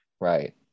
Right